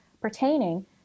pertaining